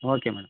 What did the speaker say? okay madam